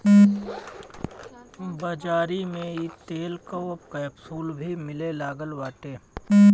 बाज़ारी में इ तेल कअ अब कैप्सूल भी मिले लागल बाटे